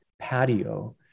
patio